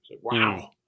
Wow